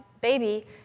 baby